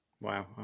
Wow